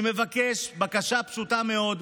אני מבקש בקשה פשוטה מאוד,